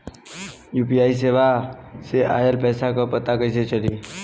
UPI सेवा से ऑयल पैसा क पता कइसे चली?